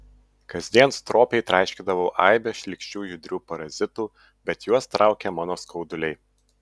kasdien stropiai traiškydavau aibes šlykščių judrių parazitų bet juos traukė mano skauduliai